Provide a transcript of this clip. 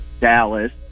Dallas